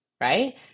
right